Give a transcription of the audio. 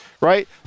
right